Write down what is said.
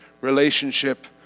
relationship